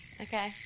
Okay